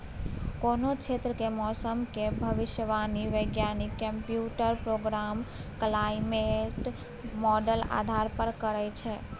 कोनो क्षेत्रक मौसमक भविष्यवाणी बैज्ञानिक कंप्यूटर प्रोग्राम क्लाइमेट माँडल आधार पर करय छै